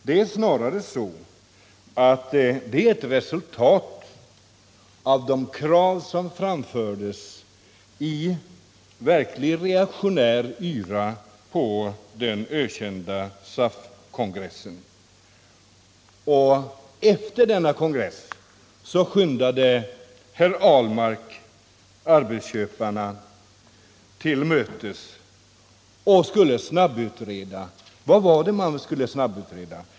Det är snarare så att utredningen är ett resultat av de krav som framfördes i verkligt reaktionär yra på den ökända SAF kongressen. Efter denna kongress skyndade herr Ahlmark arbetsköparna till mötes och skulle snabbutreda. Vad var det man skulle snabbutreda?